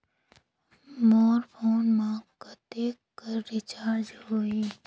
मोर phone मा कतेक कर रिचार्ज हो ही?